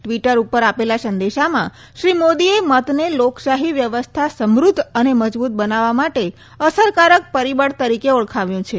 Twitter ઉપર આપેલા સંદેશામાં શ્રી મોદીએ મતને લોકશાહી વ્યવસ્થા સમૃદ્ધ અને મજબુત બનાવવા માટે અસરકારક પરિબળ તરીકે ઓળખાવ્યું છે